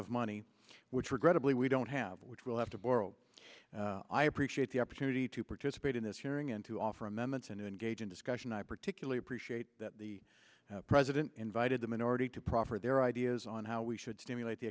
of money which regrettably we don't have which will have to borrow i appreciate the opportunity to participate in this hearing and to offer amendments and engage in discussion i particularly appreciate that the president invited the minority to proffer their ideas on how we should stimulate the